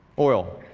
oil.